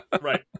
Right